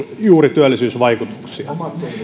ole työllisyysvaikutuksia